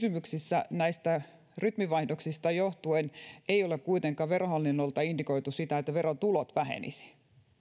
kysymyksissä näistä rytmivaihdoksista johtuen ei ole kuitenkaan verohallinnolta indikoitu sitä että verotulot vähenisivät